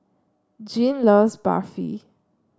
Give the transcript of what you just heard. Jeanne loves Barfi